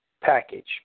package